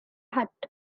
hut